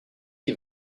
qui